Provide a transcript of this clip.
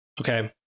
Okay